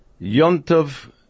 Yontov